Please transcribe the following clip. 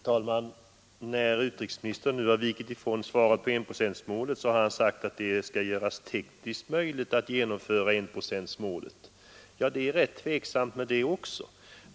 Herr talman! När utrikesministern nu har vikit ifrån svaret om enprocentsmålet har han sagt att det dock skall göras tekniskt möjligt att uppnå det målet. Men det är rätt tveksamt det också.